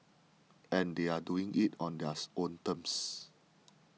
and they are doing it on theirs own terms